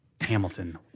Hamilton